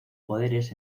poderes